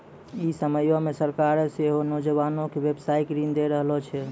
इ समयो मे सरकारें सेहो नौजवानो के व्यवसायिक ऋण दै रहलो छै